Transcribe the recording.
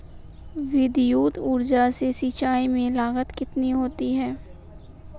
विद्युत ऊर्जा से सिंचाई में लागत कितनी होती है?